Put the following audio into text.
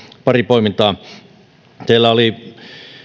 pari poimintaa siellä oli